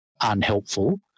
unhelpful